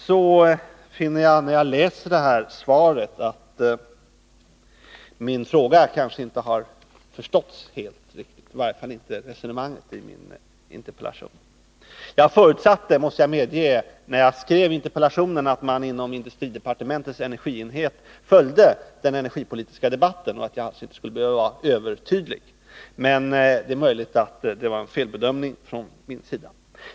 Sedan finner jag, när jag läser svaret, att min fråga kanske inte har förståtts helt, i varje fall inte resonemanget i min interpellation. Jag förutsatte när jag skrev interpellationen — det måste jag medge — att man inom industridepartementets energienhet följde den energipolitiska debatten och att jag därför inte skulle behöva vara övertydlig. Det är möjligt att detta var en felbedömning från min sida.